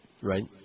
Right